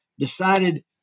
decided